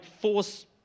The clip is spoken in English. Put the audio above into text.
force